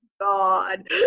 god